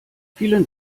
vielen